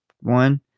one